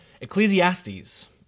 Ecclesiastes